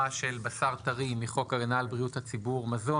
של בשר טרי מחוק הגנה על בריאות הציבור (מזון).